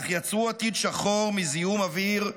אך יצרו עתיד שחור מזיהום אוויר,